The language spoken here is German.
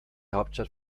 hauptstadt